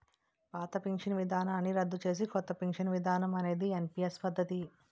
పాత పెన్షన్ విధానాన్ని రద్దు చేసి కొత్త పెన్షన్ విధానం అనేది ఎన్పీఎస్ పద్ధతి